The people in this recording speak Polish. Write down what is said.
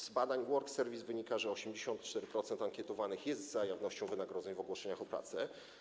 Z badań Work Service wynika, że 84% ankietowanych jest za jawnością wynagrodzeń w ogłoszeniach o pracę.